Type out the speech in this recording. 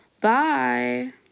Bye